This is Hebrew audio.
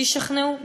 שישכנעו,